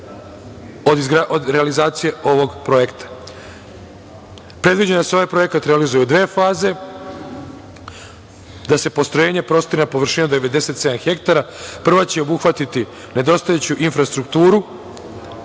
od realizacije ovog projekta. Predviđeno je da se ovaj Projekat realizuje u dve faze, da se postrojenje prostire na površini od 97 hektara. Prva će obuhvatiti nedostajeću infrastrukturu,